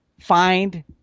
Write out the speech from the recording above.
find